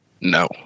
No